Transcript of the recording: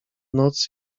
noc